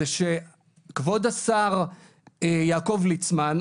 זה שכבוד השר יעקב ליצמן,